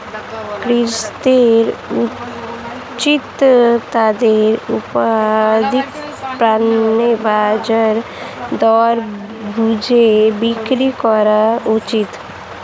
কৃষকদের উচিত তাদের উৎপাদিত পণ্য বাজার দর বুঝে বিক্রি করা উচিত